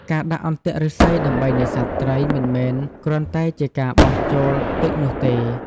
ការដាក់អន្ទាក់ឫស្សីដើម្បីនេសាទត្រីមិនមែនគ្រាន់តែជាការបោះចូលទឹកនោះទេ។